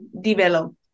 develop